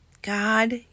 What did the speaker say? God